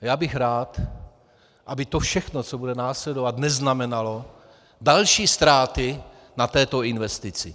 Já bych rád, aby to všechno, co bude následovat, neznamenalo další ztráty na této investici.